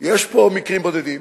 יש פה מקרים בודדים.